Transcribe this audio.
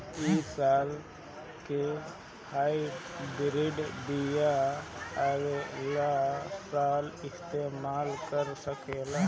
इ साल के हाइब्रिड बीया अगिला साल इस्तेमाल कर सकेला?